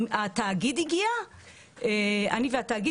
התאגיד הגיע לדיון,